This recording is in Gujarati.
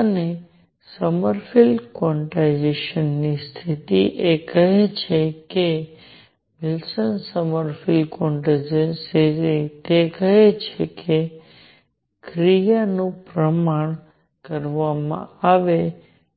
અને સોમરફેલ્ડ ક્વાન્ટાઇઝેશનની સ્થિતિ એ કહે છે કે વિલ્સન સોમરફેલ્ડ ક્વોન્ટાઇઝેશનની સ્થિતિ તે કહે છે કે ક્રિયાનું પ્રમાણ કરવામાં આવે